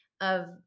of-